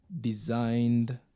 designed